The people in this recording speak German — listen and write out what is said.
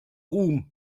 ruhm